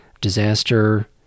disaster